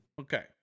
Okay